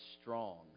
strong